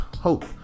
hope